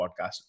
podcast